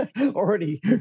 already